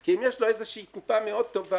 כי אם יש לו איזושהי קופה מאוד טובה,